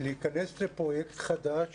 להיכנס לפרויקט חדש